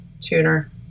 tuner